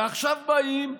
ועכשיו באים,